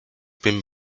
been